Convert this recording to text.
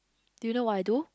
do you know what I do